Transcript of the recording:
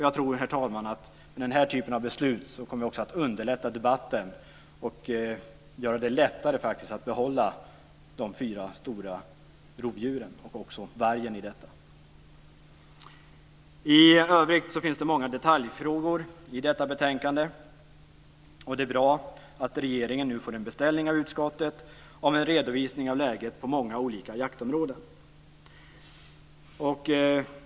Jag tror, herr talman, att den här typen av beslut kommer att underlätta debatten och göra det lättare att behålla de fyra stora rovdjuren, också vargen. I övrigt finns det många detaljfrågor i detta betänkande. Det är bra att regeringen nu får en beställning av utskottet på en redovisning av läget på många olika jaktområden.